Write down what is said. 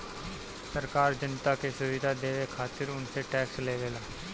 सरकार जनता के सुविधा देवे खातिर उनसे टेक्स लेवेला